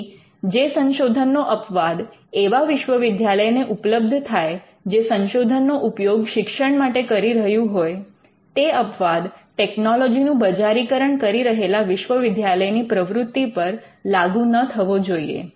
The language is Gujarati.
તેથી જે સંશોધનનો અપવાદ એવા વિશ્વવિદ્યાલય ને ઉપલબ્ધ થાય જે સંશોધનનો ઉપયોગ શિક્ષણ માટે કરી રહ્યું હોય તે અપવાદ ટેક્નોલોજીનું બજારીકરણ કરી રહેલા વિશ્વવિદ્યાલયની પ્રવૃત્તિ પર લાગુ ન થવો જોઈએ